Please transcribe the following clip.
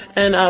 and,